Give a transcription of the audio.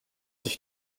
sich